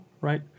right